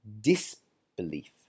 Disbelief